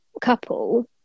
couple